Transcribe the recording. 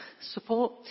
support